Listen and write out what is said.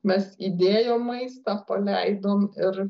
mes įdėjom maistą paleidom ir